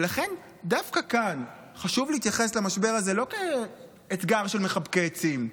ולכן דווקא כאן חשוב להתייחס למשבר הזה לא כאתגר של מחבקי עצים,